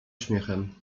śmiechem